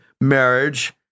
marriage